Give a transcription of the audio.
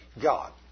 God